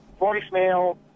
voicemail